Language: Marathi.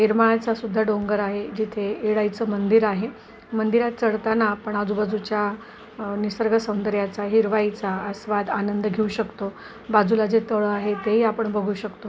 येरमाळ्याचा सुद्धा डोंगर आहे जिथे येडाईचं मंदिर आहे मंदिरात चढताना आपण आजूबाजूच्या निसर्ग सौंदर्याचा हिरवाईचा आस्वाद आनंद घेऊ शकतो बाजूला जे तळं आहे तेही आपण बघू शकतो